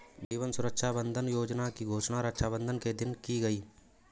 जीवन सुरक्षा बंधन योजना की घोषणा रक्षाबंधन के दिन की गई